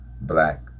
black